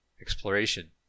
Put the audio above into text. exploration